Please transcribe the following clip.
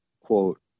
quote